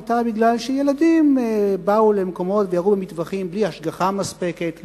היתה בגלל שילדים באו למקומות וירו במטווחים בלי השגחה מספקת,